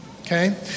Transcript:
okay